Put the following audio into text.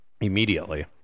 immediately